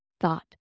thought